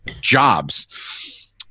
jobs